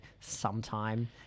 Sometime